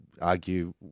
argue